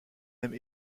même